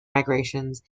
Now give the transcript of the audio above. migrations